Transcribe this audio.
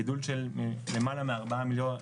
גידול של למעלה מארבעה מיליארד.